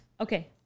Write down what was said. okay